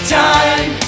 time